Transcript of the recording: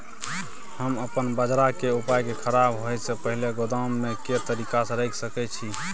हम अपन बाजरा के उपज के खराब होय से पहिले गोदाम में के तरीका से रैख सके छी?